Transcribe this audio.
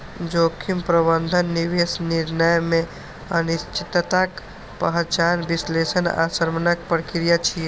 जोखिम प्रबंधन निवेश निर्णय मे अनिश्चितताक पहिचान, विश्लेषण आ शमनक प्रक्रिया छियै